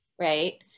right